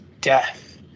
death